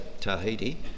Tahiti